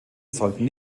sollten